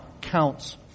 counts